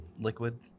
liquid